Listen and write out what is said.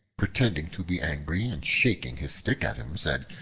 pretending to be angry and shaking his stick at him, said,